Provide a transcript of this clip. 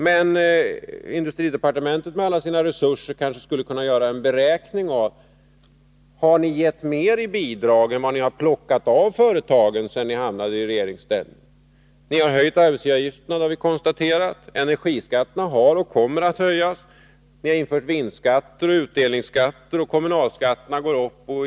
Men industridepartementet med alla sina resurser skulle kanske kunna göra följande beräkning: Har ni gett mer i bidrag än vad ni har plockat av företagen sedan ni hamnade i regeringsställning? Ni har höjt arbetsgivaravgifterna — det har vi konstaterat. Energiskatterna har höjts och kommer att höjas. Ni har infört vinstskatter och utdelningsskatter. Kommunalskatterna går upp.